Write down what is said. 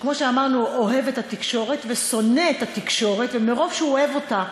שכמו שאמרנו אוהב את התקשורת ושונא את התקשורת ומרוב שהוא אוהב אותה,